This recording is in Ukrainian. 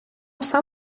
все